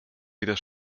wieder